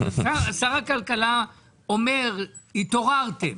שר הכלכלה אומר התעוררתם.